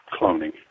cloning